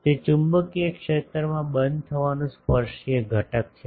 તે ચુંબકીય ક્ષેત્રમાં બંધ થવાનું સ્પર્શિય ઘટક છે